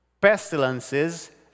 pestilences